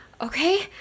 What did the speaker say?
okay